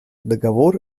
договор